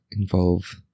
involve